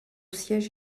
siège